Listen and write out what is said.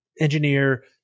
engineer